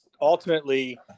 ultimately